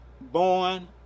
born